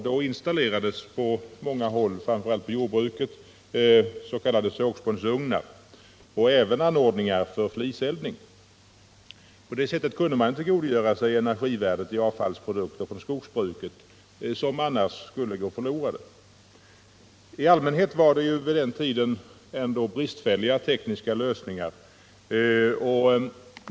Då installerades på många håll framför allt i jordbruket s.k. sågspånsugnar och även anordningar för fliseldning. På det sättet kunde man tillgodogöra sig energivärdet i avfallsprodukter från skogsbruket, som annars skulle gå förlorade. Men i allmänhet var det vid den tiden ändå bristfälliga tekniska lösningar.